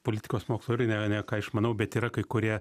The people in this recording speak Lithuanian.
politikos mokslą ir ne ne ką išmanau bet yra kai kurie